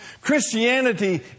Christianity